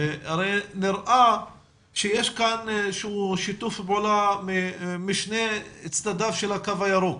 נראה שיש כאן איזשהו שיתוף פעולה משני צדדיו של הקו הירוק,